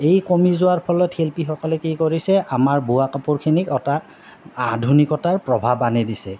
এই কমি যোৱাৰ ফলত শিল্পীসকলে কি কৰিছে আমাৰ বোৱা কাপোৰখিনিক এটা আধুনিকতাৰ প্ৰভাৱ আনি দিছে